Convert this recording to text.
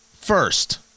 first